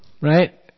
right